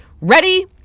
ready